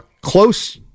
close